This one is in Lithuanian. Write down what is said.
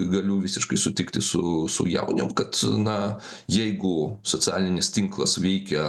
galiu visiškai sutikti su su jaunium kad na jeigu socialinis tinklas veikia